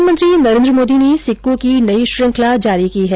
प्रधानमंत्री नरेन्द्र मोदी ने सिक्कों की नई श्रृंखला जारी की है